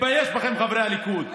מתבייש בכם, חברי הליכוד.